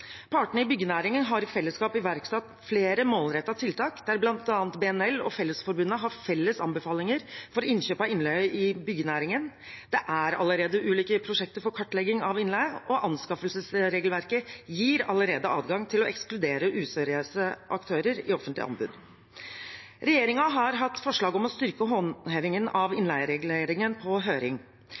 Partene i byggenæringen har i fellesskap iverksatt flere målrettede tiltak, der bl.a. BNL og Fellesforbundet har felles anbefalinger for innkjøp av innleie i byggenæringen. Det er allerede ulike prosjekter for kartlegging av innleie, og anskaffelsesregelverket gir allerede adgang til å ekskludere useriøse aktører i offentlige anbud. Regjeringen har hatt forslag om å styrke håndhevingen av innleiereguleringen på høring.